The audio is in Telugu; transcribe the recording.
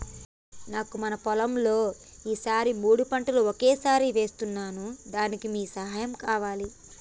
నాను మన పొలంలో ఈ సారి మూడు పంటలు ఒకేసారి వేస్తున్నాను దానికి మీ సహాయం కావాలి